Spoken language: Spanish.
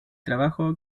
trabajo